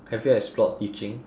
have you explored teaching